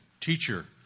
Teacher